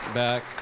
back